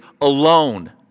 alone